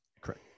Correct